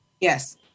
Yes